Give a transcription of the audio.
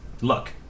Look